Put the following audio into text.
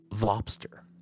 Lobster